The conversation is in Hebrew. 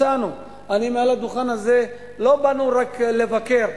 הצענו, אני מעל הדוכן הזה, לא באנו רק לבקר,